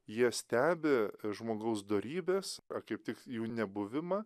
jie stebi žmogaus dorybes ar kaip tik jų nebuvimą